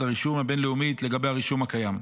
הרישום הבין-לאומית לגבי הרישום הקיים.